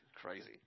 crazy